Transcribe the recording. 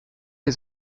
les